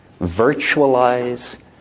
virtualize